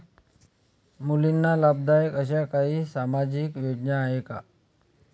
मुलींना लाभदायक अशा काही सामाजिक योजना आहेत का?